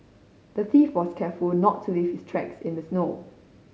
the thief was careful not to leave his tracks in the snow